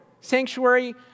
Sanctuary